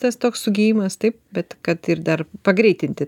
tas toks sugijimas taip bet kad ir dar pagreitinti